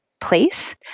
place